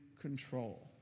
control